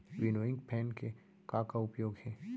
Winnowing fan के का का उपयोग हे?